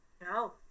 no